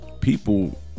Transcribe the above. people